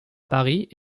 paris